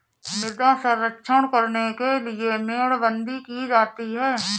मृदा संरक्षण करने के लिए मेड़बंदी की जाती है